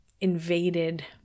invaded